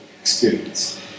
experience